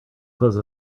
close